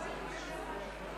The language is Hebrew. הצעת החוק לא נתקבלה.